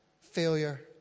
failure